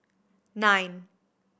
nine